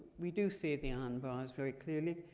we do see the iron bars very clearly.